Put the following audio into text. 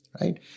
right